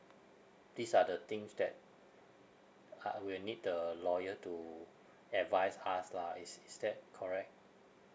these are the things that I I will need the lawyer to advise us lah is is that correct